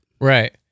Right